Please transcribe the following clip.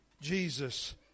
jesus